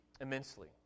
immensely